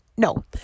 No